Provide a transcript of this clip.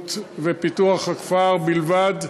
החקלאות ופיתוח הכפר בלבד,